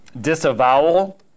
disavowal